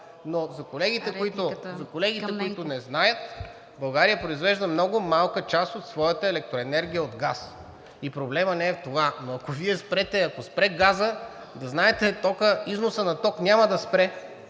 Но за колегите, които не знаят, България произвежда много малка част от своята електроенергия от газ и проблемът не е в това. Но ако Вие спрете газа, да знаете, че износът на ток няма да спре,